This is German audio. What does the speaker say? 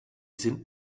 sind